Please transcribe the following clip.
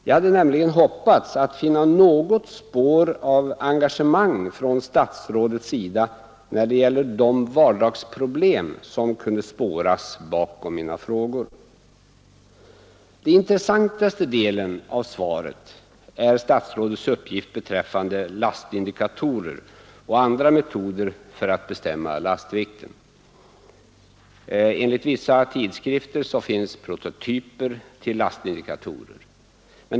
Jag hade nämligen hoppats att finna något spår av engagemang från statsrådets sida när det gäller de vardagsproblem som kunde spåras bakom mina frågor. Den intressantaste delen av svaret är statsrådets uppgift beträffande lastindikatorer och andra metoder för att bestämma lastvikten. Enligt vissa tidskrifter finns prototyper till lastindikatorer.